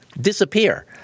disappear